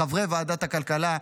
לחברי ועדת הכלכלה,